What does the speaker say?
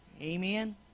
Amen